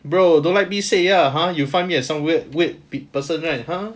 bro don't let me say ya !huh! you find me some weird weird person right !huh!